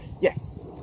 Yes